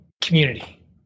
community